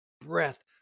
breath